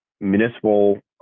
Municipal